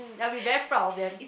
I will be very proud of them